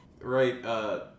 right